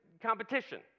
competition